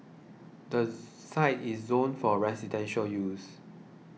the site is zoned for residential use